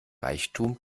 reichtum